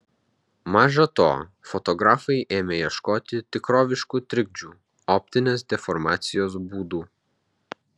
maža to fotografai ėmė ieškoti tikroviškų trikdžių optinės deformacijos būdų